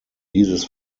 dieses